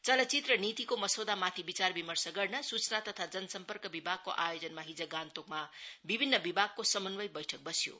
चलचित्र नीतिको मसौदामाथि विचार विमर्श गर्न सूचना तथा जनसम्पर्क विभागको आयोजनामा हिज गान्तोकमा विभिन्न विभागको समन्वय बैठत बस्यो